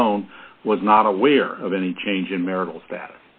loan was not aware of any change in marital status